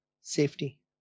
safety